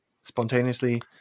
spontaneously